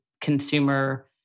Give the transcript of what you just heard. consumer